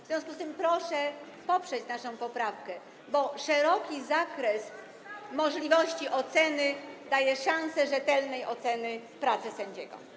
W związku z tym proszę poprzeć naszą poprawkę, bo szeroki zakres możliwości oceny daje szansę rzetelnej oceny pracy sędziego.